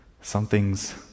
something's